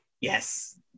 Yes